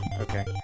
Okay